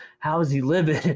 how is he living?